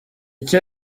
icyo